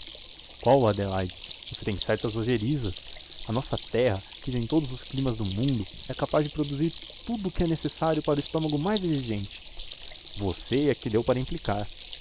chi qual adelaide você tem certas ojerizas a nossa terra que tem todos os climas do mundo é capaz de produzir tudo que é necessário para o estômago mais exigente você é que deu para implicar